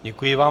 Děkuji vám.